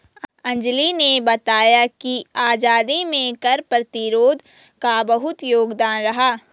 अंजली ने बताया कि आजादी में कर प्रतिरोध का बहुत योगदान रहा